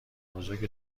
بزرگ